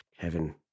Kevin